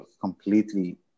completely